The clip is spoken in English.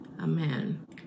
Amen